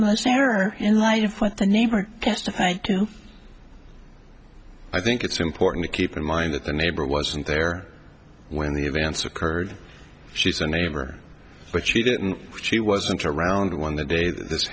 most error in light of what the neighbor testify to i think it's important to keep in mind that the neighbor wasn't there when the advance occurred she said neighbor but she didn't she wasn't around when the day th